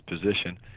position